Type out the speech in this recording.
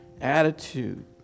attitude